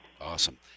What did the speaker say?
Awesome